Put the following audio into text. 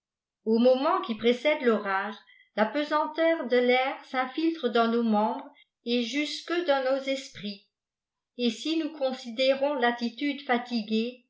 au moment qui précède l'orage la fmantaurtdotair vîi qwe dans nos membres et jusque dans nos esprits iimm'imfm rons attitude fatiguée